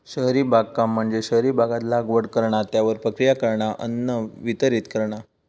शहरी बागकाम म्हणजे शहरी भागात लागवड करणा, त्यावर प्रक्रिया करणा, अन्न वितरीत करणा